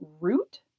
Root